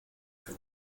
più